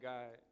God